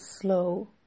slow